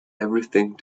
everything